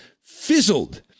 fizzled